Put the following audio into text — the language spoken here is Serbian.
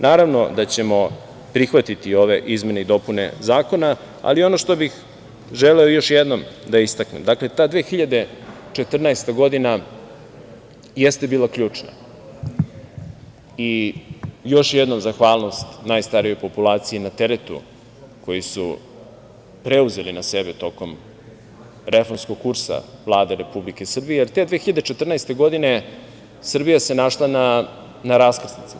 Naravno da ćemo prihvatiti ove izmene i dopune Zakona, ali ono što bih želeo još jednom da istaknem, ta 2014. godina jeste bila ključna i još jednom zahvalnost najstarijoj populaciji na teretu koji su preuzeli na sebe tokom reformskog kursa Vlade Republike Srbije, jer se te 2014. godine Srbija našla na raskrsnici.